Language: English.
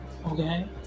okay